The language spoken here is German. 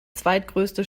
zweitgrößte